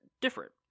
different